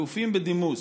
אלופים בדימוס.